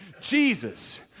Jesus